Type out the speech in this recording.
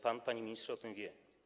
Pan, panie ministrze, o tym wie.